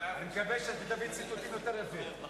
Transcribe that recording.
אני מקווה שאתה תביא ציטוטים יותר יפים.